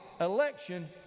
election